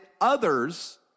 others